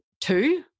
two